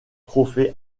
trophée